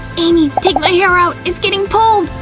amy, take my hair out, it's getting pulled!